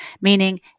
meaning